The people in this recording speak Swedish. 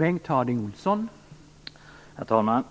Herr talman!